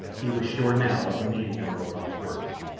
he was sure now of the meaning of rokoff's words.